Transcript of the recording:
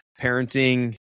parenting